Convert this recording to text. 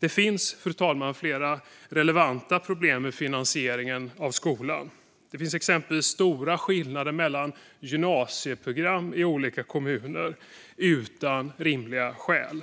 Det finns, fru talman, flera relevanta problem med finansieringen av skolan. Det finns exempelvis stora skillnader mellan samma gymnasieprogram i olika kommuner, utan rimliga skäl.